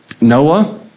Noah